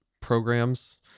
programs